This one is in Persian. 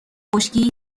خشکی